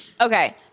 okay